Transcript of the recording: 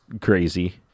crazy